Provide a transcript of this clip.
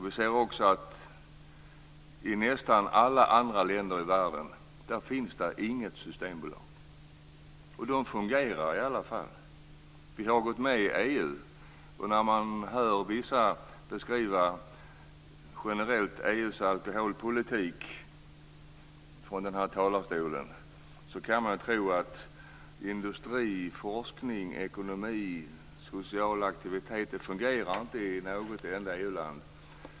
Vi ser också att i nästan alla andra länder i världen finns det inget systembolag, och de fungerar i alla fall. Vi har gått med i EU. När man hör vissa personer generellt beskriva EU:s alkoholpolitik från den här talarstolen kan man tro att industri, forskning, ekonomi och sociala aktiviteter inte fungerar i något enda EU-land.